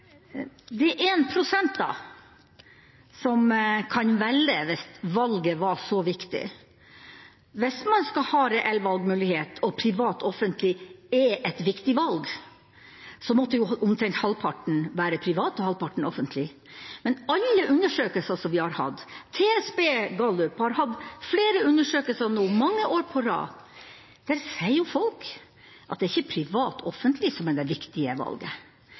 er 1 pst. som kan velge, hvis valget var så viktig. Hvis man skal ha en reell valgmulighet, og privat/offentlig er et viktig valg, måtte omtrent halvparten være privat og halvparten være offentlig. Men i alle undersøkelser vi har hatt – TNS Gallup har hatt flere undersøkelser nå mange år på rad – sier folk at det ikke er privat/offentlig som er det viktige valget.